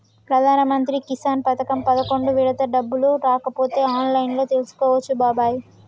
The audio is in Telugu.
ప్రధానమంత్రి కిసాన్ పథకం పదకొండు విడత డబ్బులు రాకపోతే ఆన్లైన్లో తెలుసుకోవచ్చు బాబాయి